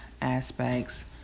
aspects